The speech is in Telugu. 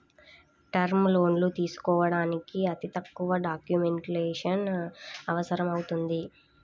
టర్మ్ లోన్లు తీసుకోడానికి అతి తక్కువ డాక్యుమెంటేషన్ అవసరమవుతుంది